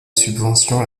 subvention